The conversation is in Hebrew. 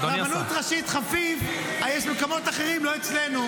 רבנות ראשית חפיף יש במקומות אחרים, לא אצלנו.